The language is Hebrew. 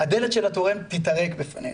הדלת של התורם תיטרק בפנינו.